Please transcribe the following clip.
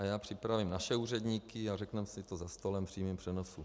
A já připravím naše úředníky, a řekneme si to za stolem v přímém přenosu.